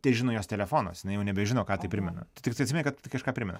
težino jos telefonas jinai jau nebežino ką tai primena tu tiktai atsimeni kad kažką primena